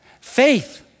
faith